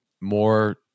more